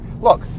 look